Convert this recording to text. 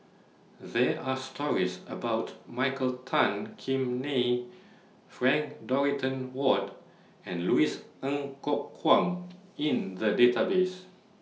There Are stories about Michael Tan Kim Nei Frank Dorrington Ward and Louis Ng Kok Kwang in The Database